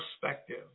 perspective